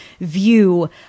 view